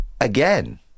again